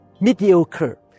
mediocre